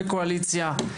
הקואליציה.